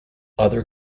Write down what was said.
other